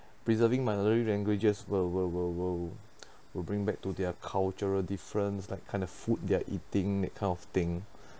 preserving minority languages will will will will will bring back to their cultural difference like kind of food they're eating that kind of thing